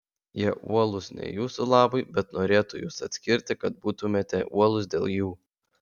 jie uolūs ne jūsų labui bet norėtų jus atskirti kad būtumėte uolūs dėl jų